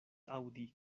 aŭdi